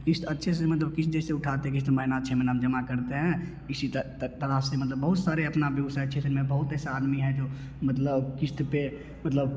क़िश्त अच्छे से मतलब क़िश्त जैसे उठाते हैं महीना छ महीना में जमा करते हैं इसी तरह से मतलब बहुत सारे अपना व्यवसाय क्षेत्र में बहुत ऐसा आदमी है जो मतलब क़िश्त पे मतलब